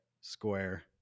square